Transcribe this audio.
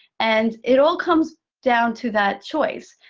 and it all comes down to that choice.